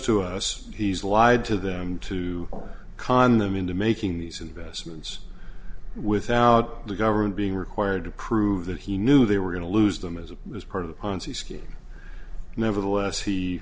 to us he's lied to them to con them into making these investments without the government being required to prove that he knew they were going to lose them as it was part of the ponzi scheme nevertheless he